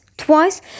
Twice